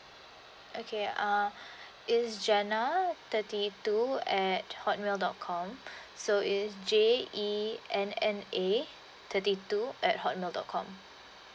okay err it's jenna thirty two at hotmail dot com so it's j e n n a thirty two at hotmail dot com